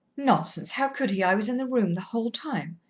nonsense! how could he? i was in the room the whole time.